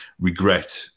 regret